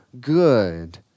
good